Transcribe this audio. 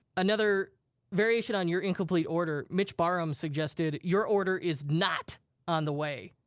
another variation on your incomplete order, mitch barrum suggested, your order is not on the way.